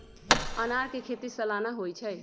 अनारकें खेति सलाना होइ छइ